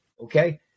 okay